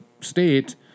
state